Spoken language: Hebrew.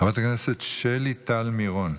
חברת הכנסת שלי טל מירון.